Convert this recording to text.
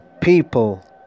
people